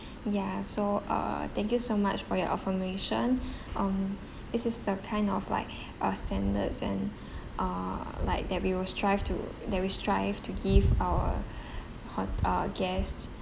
ya so uh thank you so much for your affirmation um this is the kind of like uh standards and uh like that we will strive to that we strive to give our hot~ uh guests